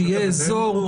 שיהיה אזור --- אגב,